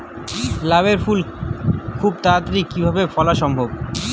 লাউ এর ফল খুব তাড়াতাড়ি কি করে ফলা সম্ভব?